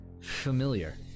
familiar